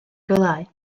gwelyau